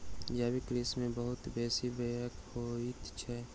जैविक कृषि में बहुत बेसी व्यय होइत अछि